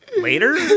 later